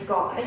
God